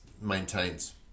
maintains